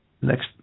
Next